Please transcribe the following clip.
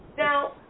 Now